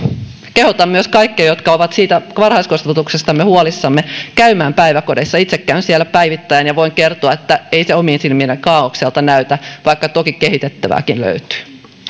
kehotan myös kaikkia jotka ovat siitä varhaiskasvatuksestamme huolissaan käymään päiväkodeissa itse käyn siellä päivittäin ja voin kertoa että ei se omiin silmiini kaaokselta näytä vaikka toki kehitettävääkin löytyy